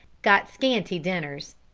got scanty dinners.